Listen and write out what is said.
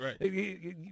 right